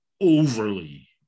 overly